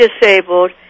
disabled